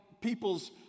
people's